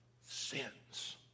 sins